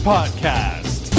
Podcast